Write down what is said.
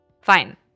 Fine